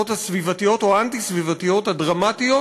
הסביבתיות או האנטי-סביבתיות הדרמטיות